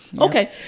Okay